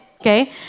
Okay